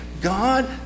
God